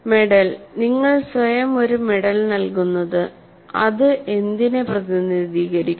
medal നിങ്ങൾ സ്വയം ഒരു മെഡൽ നൽകുന്നത് അത് എന്തിനെ പ്രതിനിധീകരിക്കുന്നു